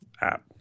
app